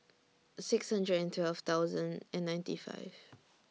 six hundred and twelve thousand and ninety five